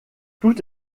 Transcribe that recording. tout